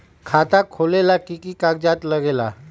खाता खोलेला कि कि कागज़ात लगेला?